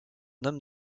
homme